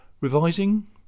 Revising